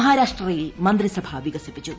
മഹാരാഷ്ട്രയിൽ മന്ത്രിസ്ട് വികസിപ്പിച്ചു